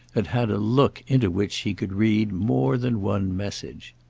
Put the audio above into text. had had a look into which he could read more than one message.